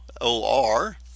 O-R